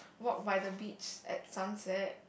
walk by the beach at sunset